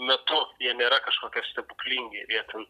metu jie nėra kažkokie stebuklingi jie ten